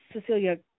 Cecilia